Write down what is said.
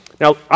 Now